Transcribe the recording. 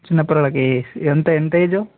చిన్నపిల్లలకి ఎంత ఎంత ఏజ్